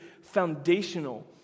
foundational